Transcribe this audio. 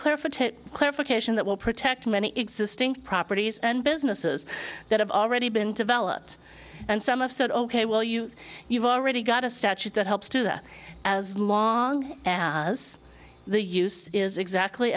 to clarification that will protect many existing properties and businesses that have already been developed and some have said ok well you you've already got a statute that helps do that as long as the use is exactly